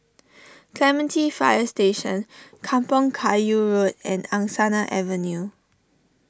Clementi Fire Station Kampong Kayu Road and Angsana Avenue